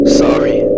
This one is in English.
sorry